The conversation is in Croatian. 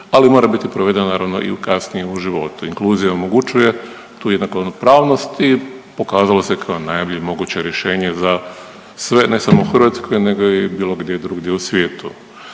ali mora biti provedeno naravno i kasnije u životu, inkluzija omogućuje tu jednakopravnost i pokazala se kao najbolje moguće rješenje za sve ne samo u Hrvatskoj nego i bilo gdje drugdje u svijetu.